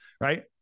Right